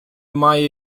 має